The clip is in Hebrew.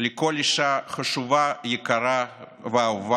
לכל אישה חשובה, יקרה ואהובה,